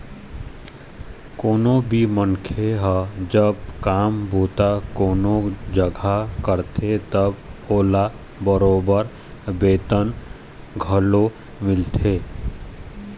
कोनो भी मनखे ह जब काम बूता कोनो जघा करथे तब ओला बरोबर बेतन घलोक मिलथे